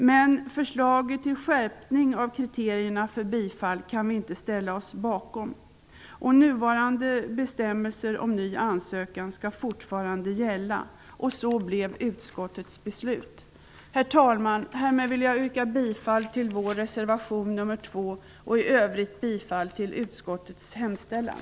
Men förslaget till skärpning av kriterierna för bifall kan vi inte ställa oss bakom. Nuvarande bestämmelser om ny ansökan skall fortfarande gälla, och så blev utskottets beslut. Herr talman! Härmed vill jag yrka bifall till vår reservation nr 2 och i övrigt bifall till utskottets hemställan.